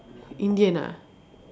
indian ah